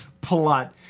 plot